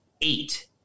eight